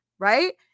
Right